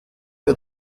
der